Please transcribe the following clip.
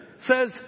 says